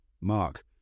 Mark